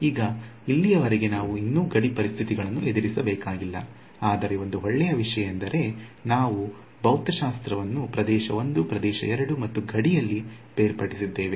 ಈಗ ಇಲ್ಲಿಯವರೆಗೆ ನಾವು ಇನ್ನೂ ಗಡಿ ಪರಿಸ್ಥಿತಿಗಳನ್ನು ಎದುರಿಸಬೇಕಾಗಿಲ್ಲ ಆದರೆ ಒಂದು ಒಳ್ಳೆಯ ವಿಷಯ ಎಂದರೆ ನಾವು ಭೌತಶಾಸ್ತ್ರವನ್ನು ಪ್ರದೇಶ 1 ಪ್ರದೇಶ 2 ಮತ್ತು ಗಡಿಯಲ್ಲಿ ಬೇರ್ಪಡಿಸಿದ್ದೇವೆ